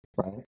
right